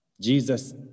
Jesus